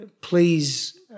please